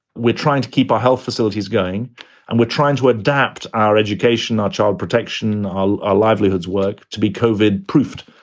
we're trying to keep our health facilities going and we're trying to adapt our education, our child protection, our our livelihoods work to be covered, proofed.